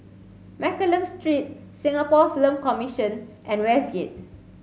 Mccallum Street Singapore Film Commission and Westgate